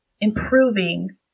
improving